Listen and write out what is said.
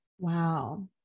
Wow